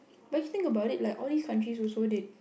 best thing about it like all these countries also they